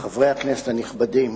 חברי הכנסת הנכבדים,